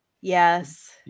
yes